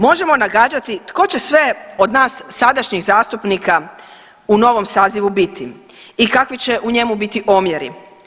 Možemo nagađati tko će sve od nas sadašnjih zastupnika u novom sazivu biti i kakvi će u njemu biti omjeri.